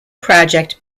project